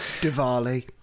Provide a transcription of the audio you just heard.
Diwali